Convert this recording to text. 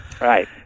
Right